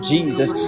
Jesus